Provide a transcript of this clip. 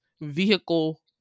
vehicle